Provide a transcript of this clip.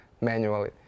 manually